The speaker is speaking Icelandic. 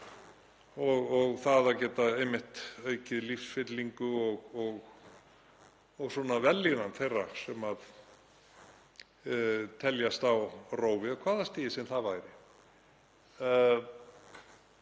og það að geta einmitt aukið lífsfyllingu og vellíðan þeirra sem teljast á rófi, á hvaða stigi sem það væri.